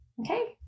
okay